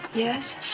Yes